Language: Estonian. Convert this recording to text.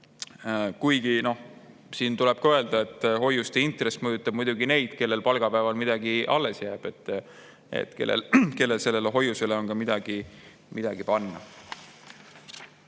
langetama. Tuleb öelda, et hoiuste intress mõjutab muidugi neid, kellel palgapäeval midagi alles jääb, neid, kellel hoiusele midagi panna